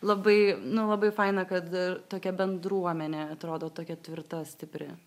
labai nu labai faina kad tokia bendruomenė atrodo tokia tvirta stipri